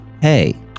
Hey